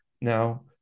now